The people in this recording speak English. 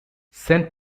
saint